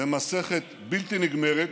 במסכת בלתי נגמרת